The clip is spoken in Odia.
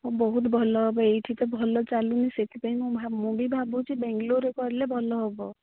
ହଁ ବହୁତ ଭଲ ହେବ ଏଇଠି ତ ଭଲ ଚାଲୁନି ସେଥିପାଇଁ ମୁଁ ଭା ମୁଁ ବି ଭାବୁଛି ବେଙ୍ଗଲୋରରେ କରିଲେ ଭଲ ହେବ